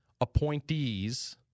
appointees